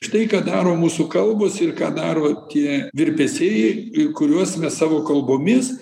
štai ką daro mūsų kalbos ir ką daro tie virpesiai į kuriuos mes savo kalbomis